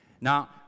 Now